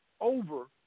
over